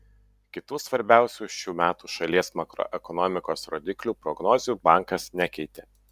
kitų svarbiausių šių metų šalies makroekonomikos rodiklių prognozių bankas nekeitė